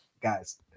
guys